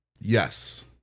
yes